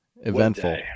eventful